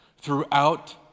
throughout